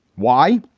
why?